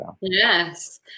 yes